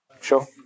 Sure